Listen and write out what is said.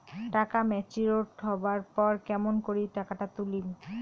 টাকা ম্যাচিওরড হবার পর কেমন করি টাকাটা তুলিম?